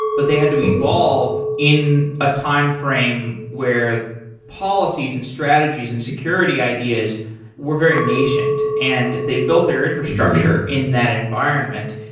but they had to evolve in a timeframe where policies and strategies and security ideas were very nascent, and they built their infrastructure in that environment.